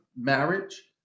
marriage